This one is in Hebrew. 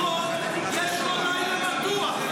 שר הביטחון, יש לו לילה מתוח.